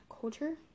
culture